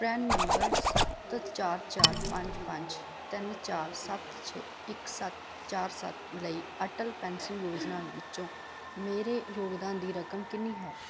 ਪਰਾਨ number ਸੱਤ ਚਾਰ ਚਾਰ ਪੰਜ ਪੰਜ ਤਿੰਨ ਚਾਰ ਸੱਤ ਛੇ ਇੱਕ ਸੱਤ ਚਾਰ ਸੱਤ ਲਈ ਅਟਲ ਪੈਨਸ਼ਨ ਯੋਜਨਾ ਵਿੱਚੋਂ ਮੇਰੇ ਯੋਗਦਾਨ ਦੀ ਰਕਮ ਕਿੰਨੀ ਹੈ